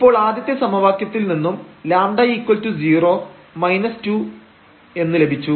ഇപ്പോൾ ആദ്യത്തെ സമവാക്യത്തിൽ നിന്നും λ0 2എന്ന് ലഭിച്ചു